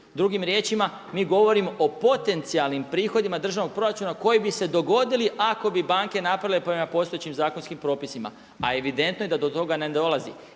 Drugim riječima mi govorimo o potencijalnim prihodima državnog proračuna koji bi se dogodili ako bi banke napravile prema postojećim zakonskim propisima a evidentno je da do toga ne dolazi